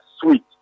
sweet